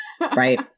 Right